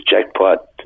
jackpot